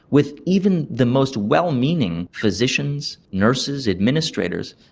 with even the most well-meaning physicians, nurses, administrators,